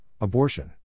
abortion